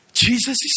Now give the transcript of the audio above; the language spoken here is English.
Jesus